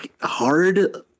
hard